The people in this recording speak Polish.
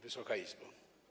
Wysoka Izbo!